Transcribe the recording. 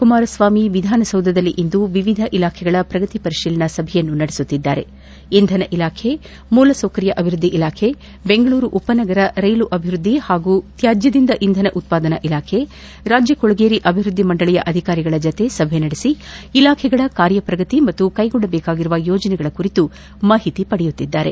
ಕುಮಾರ ಸ್ವಾಮಿ ವಿಧಾನಸೌಧದಲ್ಲಿಂದು ವಿವಿಧ ಇಲಾಖೆಗಳ ಪ್ರಗತಿ ಪರಿತೀಲನಾ ಸಭೆ ನಡೆಸುತ್ತಿದ್ದಾರೆ ಇಂಧನ ಇಲಾಖೆ ಮೂಲಸೌಕರ್ಯ ಅಭಿವೃದ್ದಿ ಇಲಾಖೆ ದೆಂಗಳೂರು ಉಪನಗರ ರೈಲು ಅಭಿವೃದ್ದಿ ಹಾಗೂ ತ್ಯಾಜ್ಞದಿಂದ ಇಂಧನ ಉತ್ಪಾದನಾ ಇಲಾಖೆ ರಾಜ್ಞ ಕೊಳೆಗೇರಿ ಅಭಿವೃದ್ದಿ ಮಂಡಳಿಯ ಅಧಿಕಾರಿಗಳ ಜತೆ ಸಭೆ ನಡೆಸಿ ಇಲಾಖೆಗಳ ಕಾರ್ಯಪ್ರಗತಿ ಮತ್ತು ಕೈಗೊಳ್ಳಬೇಕಾಗಿರುವ ಯೋಜನೆಗಳ ಕುರಿತು ಮಾಹಿತಿ ಪಡೆಯುತ್ತಿದ್ದಾರೆ